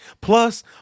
Plus